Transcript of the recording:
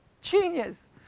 Genius